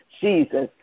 Jesus